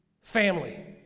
Family